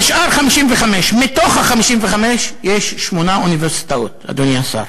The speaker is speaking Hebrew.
נשאר 55. מה-55 יש שמונה אוניברסיטאות, אדוני השר.